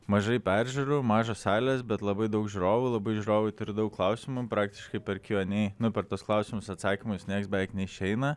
mažai peržiūrų mažos salės bet labai daug žiūrovų labai žiūrovai turi daug klausimų praktiškai per kionei nu per tuos klausimus atsakymus nieks beveik nieks neišeina